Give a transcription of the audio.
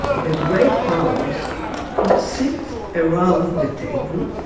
the great powers could sit around the table,